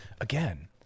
Again